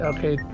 Okay